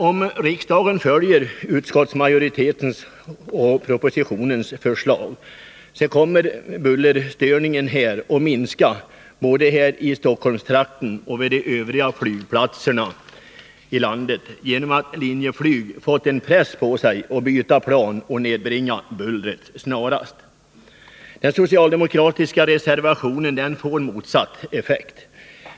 Om riksdagen följer utskottsmajoritetens och propositionens förslag kommer bullerstörningarna att minska både i Stockholmstrakten och vid de övriga flygplatserna i landet, eftersom Linjeflyg fått en press på sig att byta flygplan och snarast nedbringa bullret. Den socialdemokratiska motionen och reservationen får motsatt effekt.